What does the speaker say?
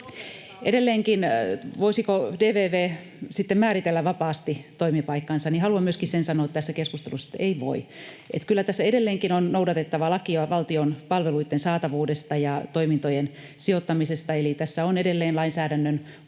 Edelleenkin siihen, voisiko DVV sitten määritellä vapaasti toimipaikkansa, haluan myöskin sen sanoa tässä keskustelussa, että ei voi. Kyllä tässä edelleenkin on noudatettava lakia valtion palveluitten saatavuudesta ja toimintojen sijoittamisesta, eli tässä on edelleen lainsäädännön ohjeviivat,